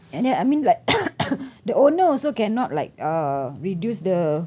and then I mean like the owner also cannot like uh reduce the